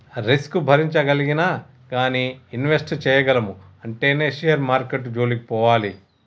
risk భరించగలిగినా గానీ invest చేయగలము అంటేనే షేర్ మార్కెట్టు జోలికి పోవాలి